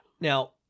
Now